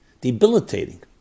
debilitating